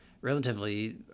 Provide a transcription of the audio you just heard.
relatively